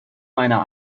meiner